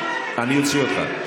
אני אוציא אותך.